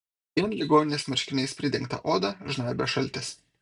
vien ligoninės marškiniais pridengtą odą žnaibė šaltis